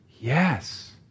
Yes